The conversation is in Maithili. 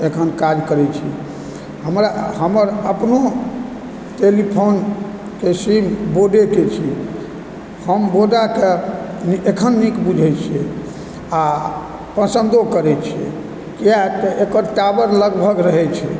अखन काज करै छी हमरा हमर अपनौ टेलिफोनकऽ सिम वोडेके छी हम वोडाकऽ नि अखन नीक बुझैत छिये आ पसन्दो करैत छिये किआ तऽ एकर टॉवर लगभग रहैत छै